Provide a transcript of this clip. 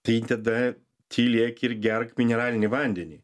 tai tada tylėk ir gerk mineralinį vandenį